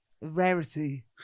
Rarity